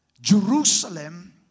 Jerusalem